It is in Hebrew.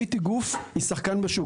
"ביט" היא גוף, היא שחקן בשוק.